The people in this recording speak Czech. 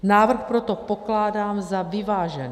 Návrh proto pokládám za vyvážený.